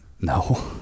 No